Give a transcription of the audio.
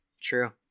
True